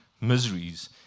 miseries